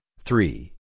three